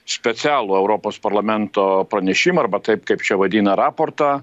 specialų europos parlamento pranešimą arba taip kaip čia vadina raportą